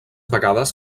vegades